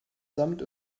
samt